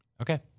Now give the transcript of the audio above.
Okay